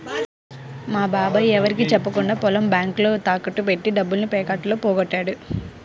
మా బాబాయ్ ఎవరికీ చెప్పకుండా పొలం బ్యేంకులో తాకట్టు బెట్టి డబ్బుల్ని పేకాటలో పోగొట్టాడు